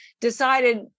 decided